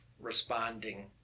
responding